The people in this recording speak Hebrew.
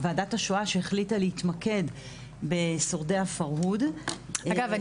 וועדת השואה שהחליטה להתמקד בשורדי הפרהוד --- אגב,